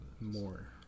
more